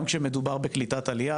גם כשמדובר בקליטת עלייה,